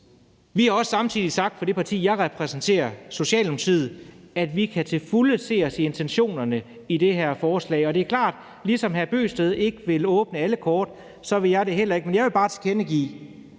Vi har også samtidig sagt i det parti, jeg repræsenterer, Socialdemokratiet, at vi til fulde kan se os i intentionerne i det her forslag. Det er klart, at ligesom hr. Kristian Bøgsted ikke vil spille med alle sine kort åbne, vil jeg heller ikke. Men jeg vil bare tilkendegive,